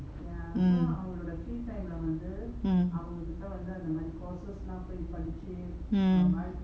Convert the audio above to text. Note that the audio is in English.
mm mm mm